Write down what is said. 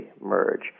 merge